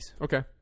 Okay